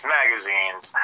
magazines